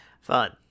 Fun